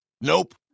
Nope